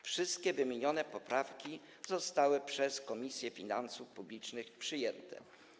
Wszystkie wymienione poprawki zostały przez Komisję Finansów Publicznych przyjęte.